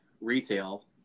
retail